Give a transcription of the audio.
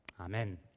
Amen